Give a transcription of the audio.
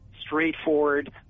straightforward